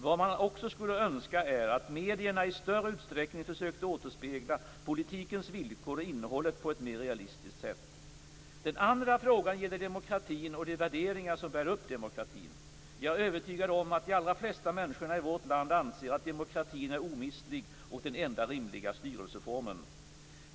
Vad man också skulle önska är att medierna i större utsträckning försökte återspegla politikens villkor och innehåll på ett mer realistiskt sätt. Den andra frågan gäller demokratin och de värderingar som bär upp demokratin. Jag är övertygad om att de allra flesta människorna i vårt land anser att demokratin är omistlig och den enda rimliga styrelseformen.